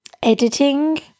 Editing